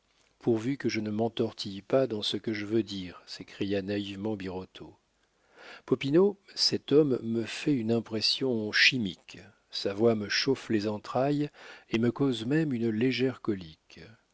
pourvu que je ne m'entortille pas dans ce que je veux dire s'écria naïvement birotteau popinot cet homme me fait une impression chimique sa voix me chauffe les entrailles et me cause même une légère colique